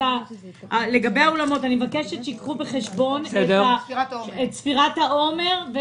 מבקשת שייקחו בחשבון את ספירת העומר.